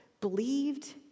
believed